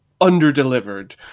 under-delivered